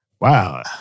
Wow